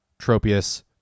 Tropius